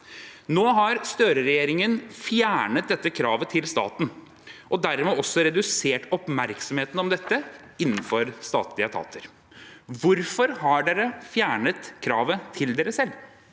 Nå har Støre-regjeringen fjernet dette kravet til staten og dermed redusert oppmerksomheten om dette innenfor statlige etater. Hvorfor har regjeringen fjernet kravet til seg selv?